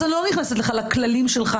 אני לא נכנסת לכללים שלך.